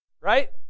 Right